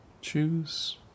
Choose